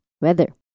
weather